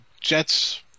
Jets